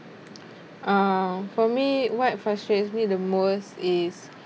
uh for me what frustrates me the most is